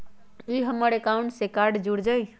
ई हमर अकाउंट से कार्ड जुर जाई?